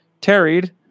tarried